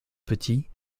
petit